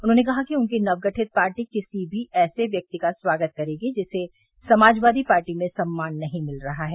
उन्होंने कहा कि उनकी नवगठित पार्टी किसी भी ऐसे व्यक्ति का स्वागत करेगी जिसे समाजवादी पार्टी में सम्मान नहीं मिल रहा है